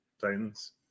Titans